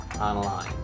online